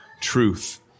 truth